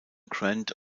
grant